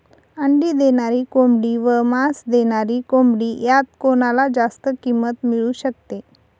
अंडी देणारी कोंबडी व मांस देणारी कोंबडी यात कोणाला जास्त किंमत मिळू शकते?